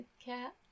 cat